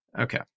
Okay